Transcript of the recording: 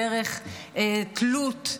דרך תלות,